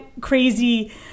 crazy